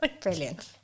Brilliant